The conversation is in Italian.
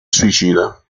suicida